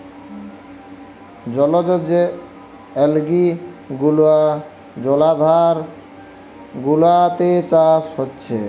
জলজ যে অ্যালগি গুলা জলাধার গুলাতে চাষ হচ্ছে